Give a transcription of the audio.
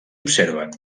observen